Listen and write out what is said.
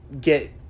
get